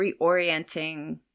reorienting